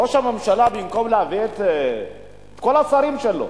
ראש הממשלה, במקום להביא את כל השרים שלו,